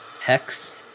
Hex